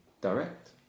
direct